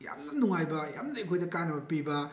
ꯌꯥꯝꯅ ꯅꯨꯡꯉꯥꯏꯕ ꯌꯥꯝꯅ ꯑꯩꯈꯣꯏꯗ ꯀꯥꯟꯅꯕ ꯄꯤꯕ